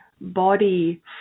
body